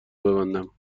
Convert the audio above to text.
ببندم